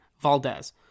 valdez